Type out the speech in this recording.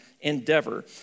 endeavor